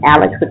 Alex